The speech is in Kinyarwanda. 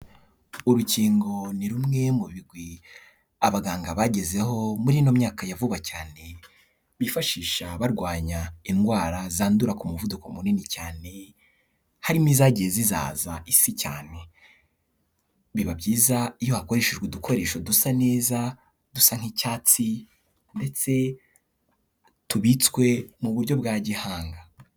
Urukingo ni rumwe mubigwi abaganga bagezeho muri ino myaka ya vuba cyane bifashisha barwanya indwara zandura ku muvuduko munini cyane harimo izagiye zizahaza isi cyane, biba byiza iyo hakoreshejwe udukoresho dusa neza, dusa nk'icyatsi ndetse tubitswe mu buryo bwa gihanga.